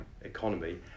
economy